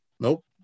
nope